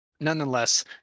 nonetheless